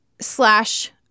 slash